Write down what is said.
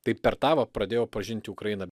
taip per tą va pradėjau pažinti ukrainą